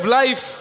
life